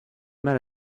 mal